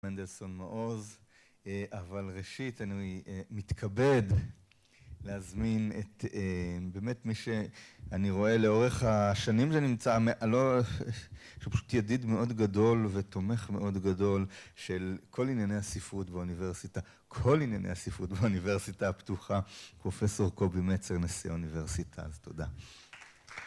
מנדלסון מאוז, אבל ראשית אני מתכבד להזמין את באמת מי שאני רואה לאורך השנים שנמצא שפשוט ידיד מאוד גדול ותומך מאוד גדול של כל ענייני הספרות באוניברסיטה כל ענייני הספרות באוניברסיטה הפתוחה פרופסור קובי מצר נשיא אוניברסיטה אז תודה